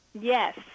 Yes